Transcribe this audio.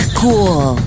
cool